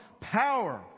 Power